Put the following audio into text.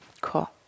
cool